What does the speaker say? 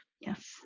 Yes